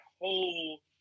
whole